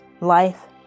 life